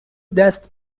دست